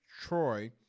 troy